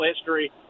history